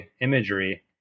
imagery